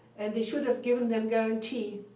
and they should've given them guarantees